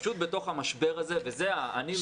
שפשוט בתוך המשבר הזה ו --- שלומי,